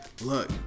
look